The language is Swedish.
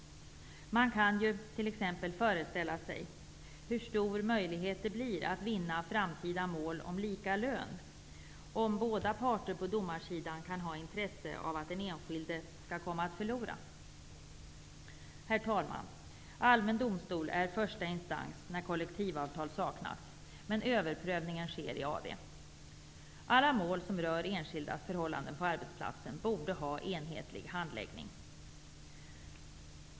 Man kan ju t.ex. föreställa sig hur stor möjligheten är att vinna framtida mål om lika lön, om båda parter på domarsidan kan ha intresse av att den enskilde skall förlora. Herr talman! Allmän domstol är första instans när kollektivavtal saknas, men överprövningar sker i AD. Alla mål som rör enskilda förhållanden på arbetsplatsen borde ha en enhetlig handläggning.